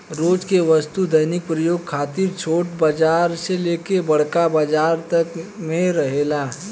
रोज के वस्तु दैनिक प्रयोग खातिर छोट बाजार से लेके बड़का बाजार तक में रहेला